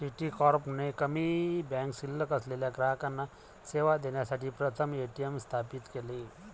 Citicorp ने कमी bank शिल्लक असलेल्या ग्राहकांना सेवा देण्यासाठी प्रथम ए.टी.एम स्थापित केले